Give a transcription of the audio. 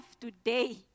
today